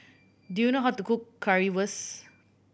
do you know how to cook Currywurst